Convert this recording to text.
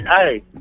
Hey